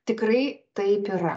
tikrai taip yra